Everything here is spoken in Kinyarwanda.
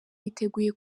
biteguye